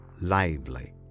lively